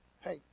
Hey